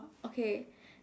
okay